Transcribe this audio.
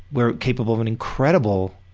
we're capable of and incredible